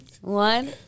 One